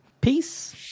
Peace